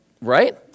Right